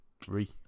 Three